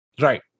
Right